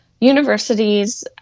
universities